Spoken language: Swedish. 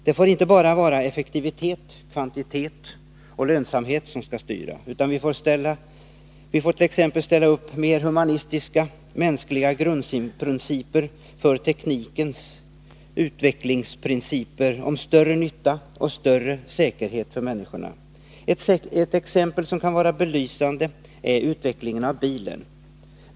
Det får inte bara vara effektivitet, kvantitet och lönsamhet som skall styra, utan vi måste t.ex. ställa upp mer humana, mänskliga grundprinciper för teknikens utveckling, till större nytta och större säkerhet för människorna. Ett exempel, som kan vara belysande, är utvecklingen av bilen.